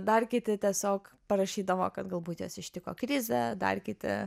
dar kiti tiesiog parašydavo kad galbūt jas ištiko krizė dar kiti